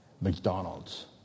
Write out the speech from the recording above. McDonald's